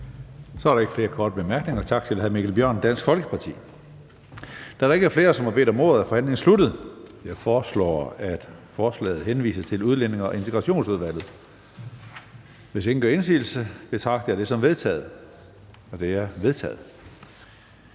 Så er der ikke flere korte bemærkninger. Tak til hr. Mikkel Bjørn, Dansk Folkeparti. Da der ikke er flere, som har bedt om ordet, er forhandlingen sluttet. Jeg foreslår, at forslaget til folketingsbeslutning henvises til Udlændinge- og Integrationsudvalget. Hvis ingen gør indsigelse, betragter jeg det som vedtaget. Det er vedtaget.